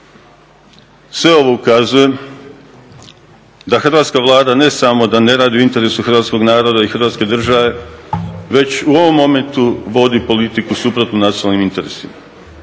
Sve ovo ukazuje da Hrvatska Vlada ne samo da ne radi u interesu hrvatskog naroda i Hrvatske države, već u ovom momentu vodi politiku suprotnu nacionalnim interesima.